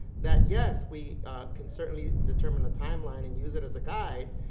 that yes, we can certainly determine the timeline and use it as a guide,